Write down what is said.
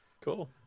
Cool